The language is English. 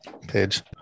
page